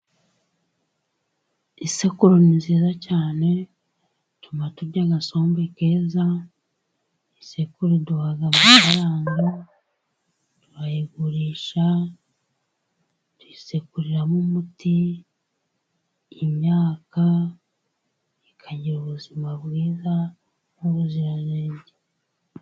Isekuru ni nziza cyane, ituma turya agasombe keza. Isekuru iduha amafaranga, tukayigurisha tuyisekuriramo umuti, imyaka, tukagira ubuzima bwiza n'ubuziranenge.